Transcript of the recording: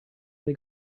they